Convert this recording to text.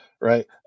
Right